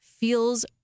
feels